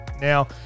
Now